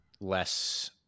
less